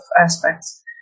aspects